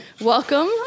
Welcome